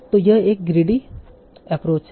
तो यह एक ग्रीडी एप्रोच है